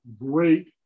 great